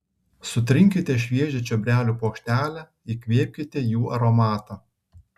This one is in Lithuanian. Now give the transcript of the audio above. sutrinkite šviežią čiobrelių puokštelę įkvėpkite jų aromatą